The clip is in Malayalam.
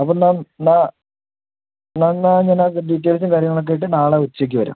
അപ്പം എന്നാ ഞാൻ എന്നാന്ന് പറഞ്ഞാൽ ഡീറ്റെയിൽസും കാര്യങ്ങൾ ഒക്കെ ആയിട്ട് നാളെ ഉച്ചയ്ക്ക് വരാം